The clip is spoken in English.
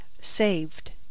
saved